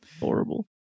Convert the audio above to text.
Horrible